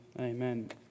amen